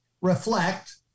reflect